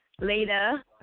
later